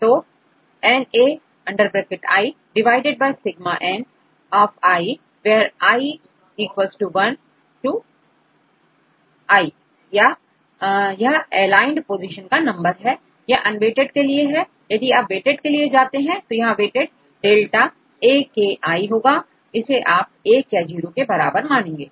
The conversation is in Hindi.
तो na divided by sigma n of i where i 1 to l या यह एलाइंड पोजीशन का नंबर है यह अनवेटेड के लिए है यदि आप वेटेड के लिए जाते हैं तो यहां वेटेजdelta aki होगा इसे आप एक या जीरो के बराबर मानेंगे